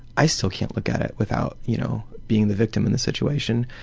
i still can't look at it without you know being the victim in the situation,